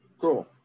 Cool